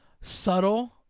subtle